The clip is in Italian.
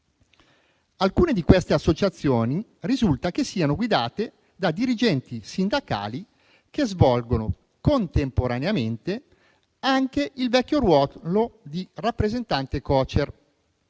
alcune di tali associazioni siano guidate da dirigenti sindacali che svolgono contemporaneamente anche il vecchio ruolo di rappresentante Cocer.